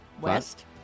West